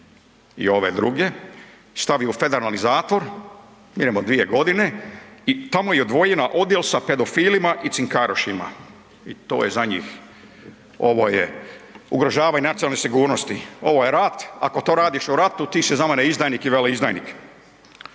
i ove druge, stavio u federalni zatvor, idemo 2 g. i tamo ih odvojio na odjel sa pedofilima i cinkarošima. To je za njih. Ovo je ugrožavanje nacionalne sigurnosti, ovo je rat, ako to radiš u ratu, ti si za mene izdajnik i veleizdajnik.